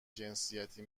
جنسیتی